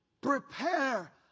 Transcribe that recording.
prepare